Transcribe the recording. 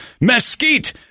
mesquite